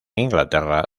inglaterra